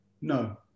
No